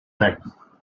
time